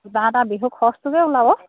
কিবা এটা বিহুৰ খৰচটোতো ওলাব